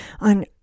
on